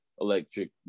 Electric